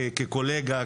כקולגה,